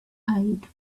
eyed